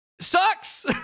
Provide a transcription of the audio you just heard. sucks